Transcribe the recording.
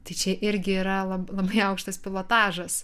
tai čia irgi yra lab labai aukštas pilotažas